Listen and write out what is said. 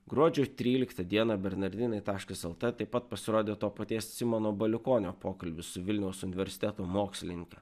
gruodžio tryliktą dieną bernardinai taškas lt taip pat pasirodė to paties simono baliukonio pokalbis su vilniaus universiteto mokslininke